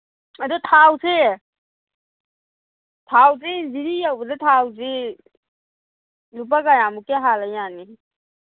ꯑꯗꯨ ꯊꯥꯎꯁꯤ ꯊꯥꯎꯁꯤ ꯖꯤꯔꯤ ꯌꯧꯕꯗ ꯊꯥꯎꯁꯤ ꯂꯨꯄꯥ ꯀꯌꯥꯃꯨꯛꯀꯤ ꯍꯥꯜꯂ ꯌꯥꯅꯤ